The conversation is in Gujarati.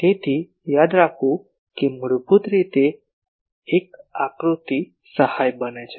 તેથી યાદ રાખવું કે મૂળભૂત રીતે એક આકૃતિ સહાયક બને છે